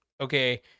okay